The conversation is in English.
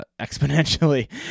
exponentially